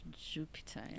Jupiter